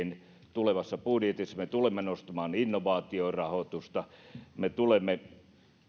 tulevassa budjetissa me tulemme nostamaan innovaatiorahoitusta me tulemme